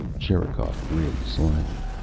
sherikov grinned slyly.